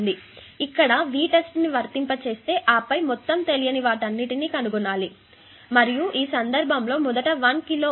కాబట్టి ఇక్కడ ఒక Vtest ని వర్తింపచేస్తాను ఆపై మొత్తం తెలియని వాటన్నింటిని కనుగొనాలి మరియు ఈ సందర్బంలో మొదట 1 కిలోΩ